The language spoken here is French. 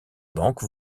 banque